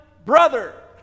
Brother